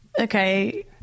Okay